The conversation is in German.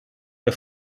der